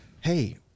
hey